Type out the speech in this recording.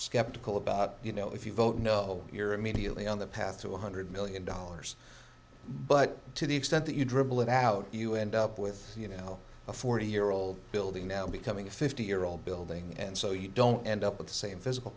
skeptical about you know if you vote no you're immediately on the path to one hundred million dollars but to the extent that you dribble it out you end up with you know a forty year old building now becoming a fifty year old building and so you don't end up with the same physical